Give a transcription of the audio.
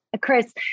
Chris